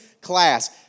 class